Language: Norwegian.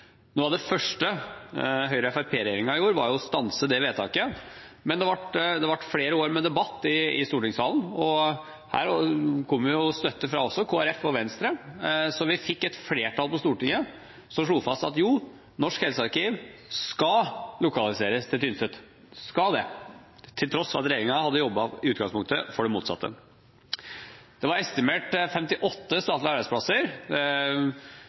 Noe av det første Høyre–Fremskrittsparti-regjeringen gjorde, var å stanse det vedtaket. Det ble flere år med debatt i stortingssalen. Det kom støtte også fra Kristelig Folkeparti og Venstre, så vi fikk et flertall på Stortinget som slo fast at Norsk helsearkiv skal lokaliseres til Tynset, til tross for at regjeringen i utgangspunktet hadde jobbet for det motsatte. Det var estimert 58 statlige arbeidsplasser.